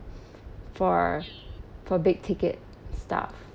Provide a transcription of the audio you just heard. for for big ticket stuff